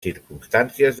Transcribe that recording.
circumstàncies